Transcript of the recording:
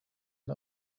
and